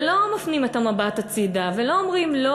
ולא מפנים את המבט הצדה ולא אומרים לא,